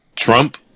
Trump